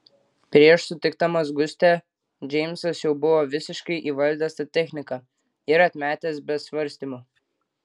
prieš sutikdamas gustę džeimsas jau buvo visiškai įvaldęs tą techniką ir atmetęs be svarstymų